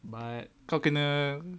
but kau kena